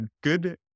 good